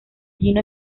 gino